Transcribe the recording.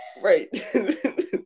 Right